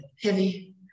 heavy